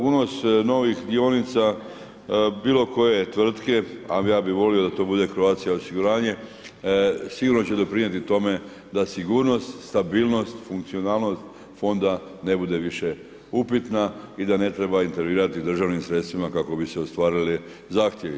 Unos novih dionica bilo koje tvrtke, a ja bi volio da to bude Croatia osiguranje, sigurno će doprinijeti tome da sigurnost, stabilnost, funkcionalnost fonda ne bude više upitna i da ne treba intervenirati državnim sredstvima kako bi se ostvarili zahtjevi.